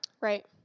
Right